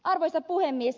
arvoisa puhemies